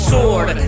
Sword